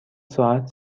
ساعت